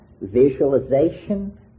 visualization